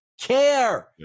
care